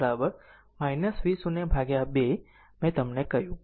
ix V0 2 મેં તમને કહ્યું